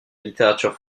littérature